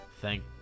Thank